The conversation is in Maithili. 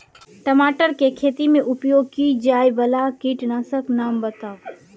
टमाटर केँ खेती मे उपयोग की जायवला कीटनासक कऽ नाम बताऊ?